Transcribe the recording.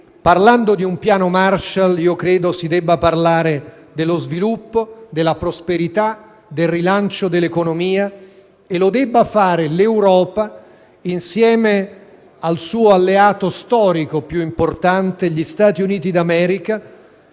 parlando di un piano Marshall, ritengo che si debba parlare dello sviluppo, della prosperità, del rilancio dell'economia; penso altresì che ciò debba farlo l'Europa insieme al suo alleato storico più importante, gli Stati Uniti d'America,